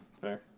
Fair